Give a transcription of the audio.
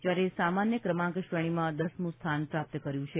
જ્યારે સામાન્ય ક્રમાંક શ્રેણીમાં દસમું સ્થાન પ્રાપ્ત કર્યું છે